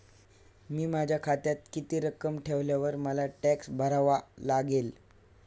मी माझ्या खात्यात किती रक्कम ठेवल्यावर मला टॅक्स भरावा लागेल?